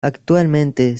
actualmente